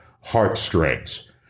heartstrings